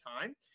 time